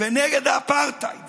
ונגד אפרטהייד